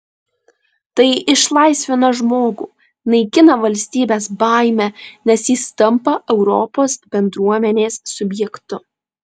tai išlaisvina žmogų naikina valstybės baimę nes jis tampa europos bendruomenės subjektu